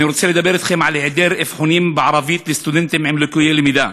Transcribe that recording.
אני רוצה לדבר אתכם על היעדר אבחונים בערבית לסטודנטים עם ליקויי למידה.